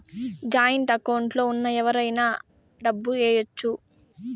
joint account లో ఉన్న ఎవరైనా డబ్బు ఏయచ్చు